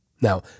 Now